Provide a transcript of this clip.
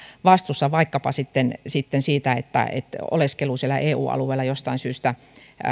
vastuussa vaikkapa sitten sitten siitä että että oleskeluun siellä eu alueella jostain syystä